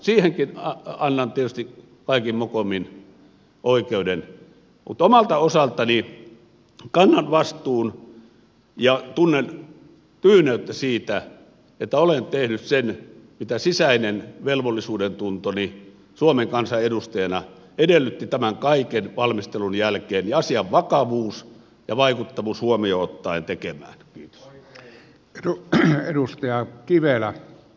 siihenkin annan tietysti kaikin mokomin oikeuden mutta omalta osaltani kannan vastuun ja tunnen tyyneyttä siitä että olen tehnyt sen mitä sisäinen velvollisuudentuntoni suomen kansan edustajana edellytti tämän kaiken valmistelun jälkeen ja asian vakavuuden ja vaikuttavuuden huomioon ottaen tekemään